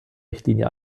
richtlinie